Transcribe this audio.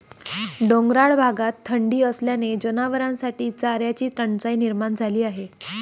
डोंगराळ भागात थंडी असल्याने जनावरांसाठी चाऱ्याची टंचाई निर्माण झाली आहे